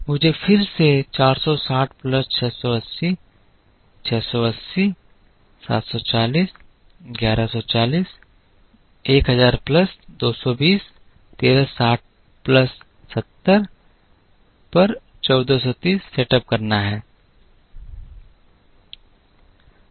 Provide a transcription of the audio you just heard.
मुझे फिर से 460 प्लस 680 680 740 1140 1000 प्लस 220 1360 प्लस 70 पर 1430 सेटअप करना है